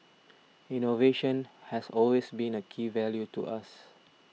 innovation has always been a key value to us